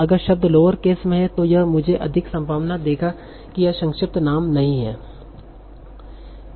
अगर शब्द lower case में है तों यह मुझे अधिक संभावना देगा कि यह संक्षिप्त नाम नहीं है